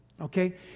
okay